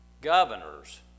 governors